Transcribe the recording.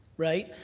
right?